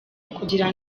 ukugira